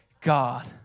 God